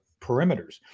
perimeters